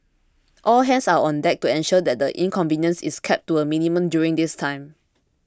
all hands are on deck to ensure that the inconvenience is kept to a minimum during this time